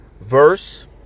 verse